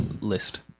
list